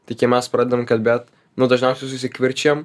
tai kai mes pradedam kalbėt nu dažniausiai susikivirčijam